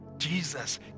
Jesus